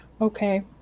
Okay